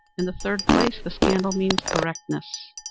in the third place this candle means erectness.